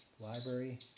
library